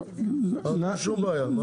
אין שום בעיה.